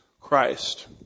Christ